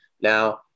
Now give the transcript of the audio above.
Now